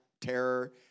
terror